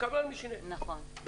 קבלן משנה ב-600,000.